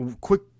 quick